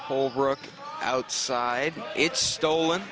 holbrook outside it's stolen